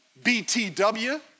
BTW